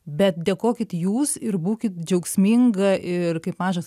bet dėkokit jūs ir būkit džiaugsminga ir kaip mažas